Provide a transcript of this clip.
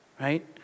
Right